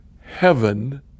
heaven